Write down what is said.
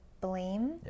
blame